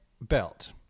belt